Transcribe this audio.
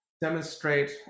demonstrate